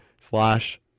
slash